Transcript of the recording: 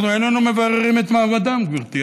אנחנו איננו מבררים את מעמדם, גברתי.